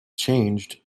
changed